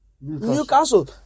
Newcastle